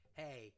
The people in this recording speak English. hey